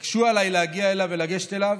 הקשו עליי להגיע אליו ולגשת אליו.